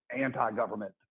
anti-government